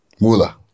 Mula